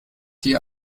hier